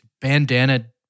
bandana